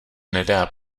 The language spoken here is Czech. nedá